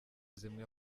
zimwe